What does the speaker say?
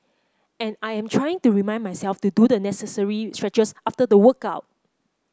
and I am trying to remind myself to do the necessary stretches after the workout